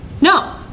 no